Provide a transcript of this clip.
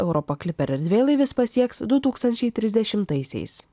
europa clipper erdvėlaivis pasieks du tūkstančiai trisdešimtaisiais